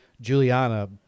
Juliana